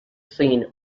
seen